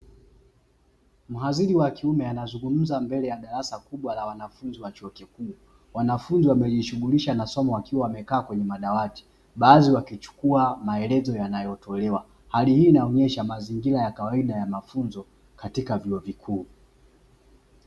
Mhadhiri wa kiume anazungumza mbele ya darasa kubwa la wanafunzi wa chuo kikuu, wanafunzi wamejishughulisha na somo wakiwa wamekaa kwenye madawati baadhi wakichukua maelezo yanayotolewa hali hii inaonyesha mazingira ya kawaida ya mafunzo katika vyuo vikuu.